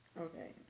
Okay